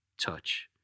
touch